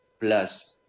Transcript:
plus